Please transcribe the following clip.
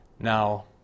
Now